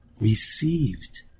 received